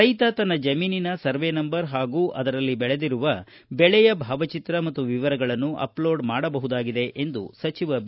ರೈತ ತನ್ನ ಜಮೀನಿನ ಸರ್ವೆ ನಂಬರ್ ಹಾಗೂ ಅದರಲ್ಲಿ ಬೆಳೆದಿರುವ ಬೆಳೆಯ ಭಾವಚಿತ್ರ ಮತ್ತು ವಿವರಗಳನ್ನು ಅಪ್ಟೋಡ್ ಮಾಡಬಹುದಾಗಿದೆ ಎಂದು ಬಿ